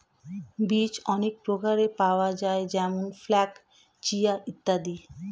বীজ অনেক প্রকারের পাওয়া যায় যেমন ফ্ল্যাক্স, চিয়া ইত্যাদি